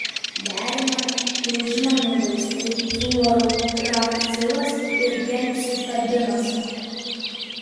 derinami jau žinomi vaistai fluorouracilas ir gemcitabinas